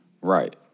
Right